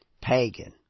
pagan